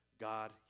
God